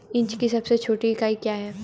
Inch की सबसे छोटी इकाई क्या है?